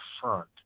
front